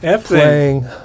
playing